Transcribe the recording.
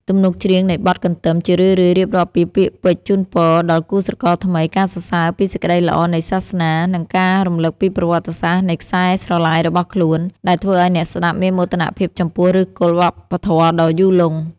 ទំនុកច្រៀងនៃបទកន្ទឹម ជារឿយៗរៀបរាប់ពីពាក្យពេចន៍ជូនពរជ័យដល់គូស្រករថ្មី ការសរសើរពីសេចក្តីល្អនៃសាសនា និងការរំលឹកពីប្រវត្តិសាស្ត្រនៃខ្សែស្រឡាយរបស់ខ្លួន ដែលធ្វើឱ្យអ្នកស្តាប់មានមោទនភាពចំពោះឫសគល់វប្បធម៌ដ៏យូរលង់។